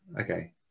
Okay